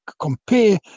compare